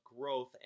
growth